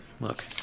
look